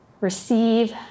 Receive